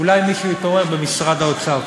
מישהו יתעורר במשרד האוצר.